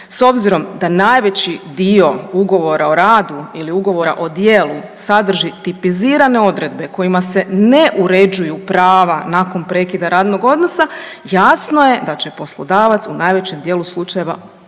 S obzirom da najveći dio ugovora o radu ili ugovora o djelu sadrži tipizirane odredbe kojima se ne uređuju prava nakon prekida radnog odnosa jasno je da će poslodavac u najvećem dijelu slučajeva dobiti